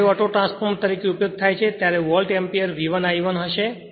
જ્યારે ઓટોટ્રાન્સફોર્મરતરીકે ઉપયોગ થાય છે ત્યારે વોલ્ટ એમ્પીયર V1 I1 હશે